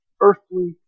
earthly